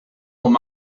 there